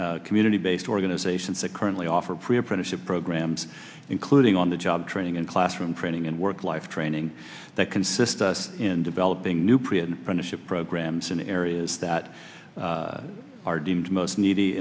and community based organizations that currently offer pre apprenticeship programs including on the job training and classroom training and work life training that consists in developing new prison friendship programs in areas that are deemed most needy